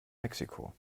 mexiko